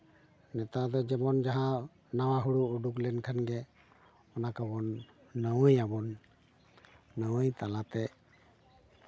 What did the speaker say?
ᱱᱮᱛᱟᱨ ᱫᱚ ᱡᱮᱢᱚᱱ ᱡᱟᱦᱟᱸ ᱱᱟᱣᱟ ᱦᱩᱲᱩ ᱩᱰᱩᱠ ᱞᱮᱱᱠᱷᱟᱱ ᱜᱮ ᱚᱱᱟ ᱠᱚᱵᱚᱱ ᱱᱟᱹᱣᱟᱹᱭ ᱟᱵᱚᱱ ᱱᱟᱹᱣᱟᱹᱭ ᱛᱟᱞᱟᱛᱮ